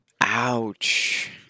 Ouch